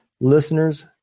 listeners